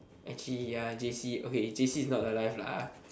actually ya j_c okay j_c is not the life lah